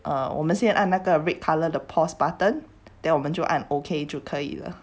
uh 我们现在按那个 red colour the pause button then 我们就按 okay 就可以了